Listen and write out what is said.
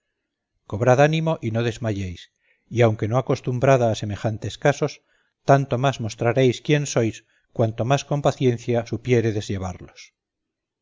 cobrad ánimo y no desmayéis y aunque no acostumbrada a semejantes casos tanto más mostraréis quién sois cuanto más con paciencia supiéredes llevarlos